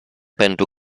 pentru